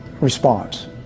response